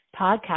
podcast